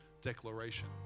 declaration